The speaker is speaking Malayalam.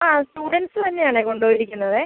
ആ സ്റ്റുഡൻറ്റ്സ് തന്നെയാണേ കൊണ്ടുപോയിരിക്കുന്നത്